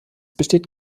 besteht